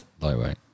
Lightweight